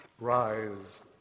Rise